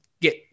get